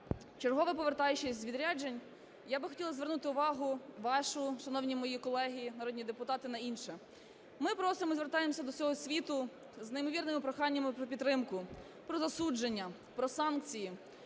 вчергове повертаючись з відряджень, я би хотіла звернути увагу вашу, шановні мої колеги народні депутати, на інше. Ми просимо і звертаємося до всього світу з неймовірними проханнями про підтримку, про засудження, про санкції,